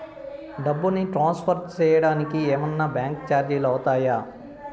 డబ్బును ట్రాన్స్ఫర్ సేయడానికి ఏమన్నా బ్యాంకు చార్జీలు అవుతాయా?